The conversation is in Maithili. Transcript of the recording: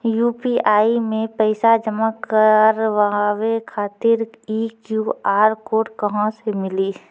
यु.पी.आई मे पैसा जमा कारवावे खातिर ई क्यू.आर कोड कहां से मिली?